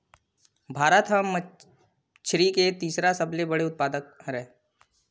भारत हा मछरी के तीसरा सबले बड़े उत्पादक हरे